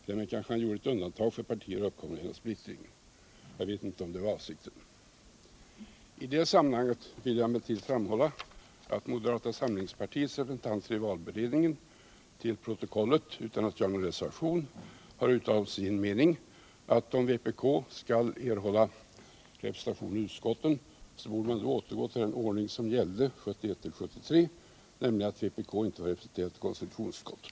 Därmed kanske han gjorde ett undantag för partier uppkomna genom splittring — jag vet inte om det var avsikten. I det sammanhanget vill jag emellertid framhålla att moderata samlingspartiets representanter i valberedningen till protokollet, utan att göra någon reservation, har uttalat som sin mening att om vpk skall erhålla representation i utskotten borde man återgå till den ordning som gällde 1971-1973, nämligen att vpk inte var representerat i konstitutionsutskottet.